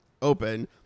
open